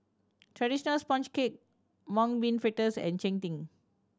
traditional sponge cake Mung Bean Fritters and cheng tng